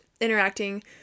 interacting